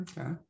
Okay